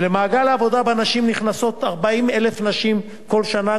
למעגל העבודה נכנסות 40,000 נשים כל שנה,